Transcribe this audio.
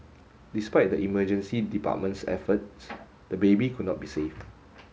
despite the emergency department's efforts the baby could not be saved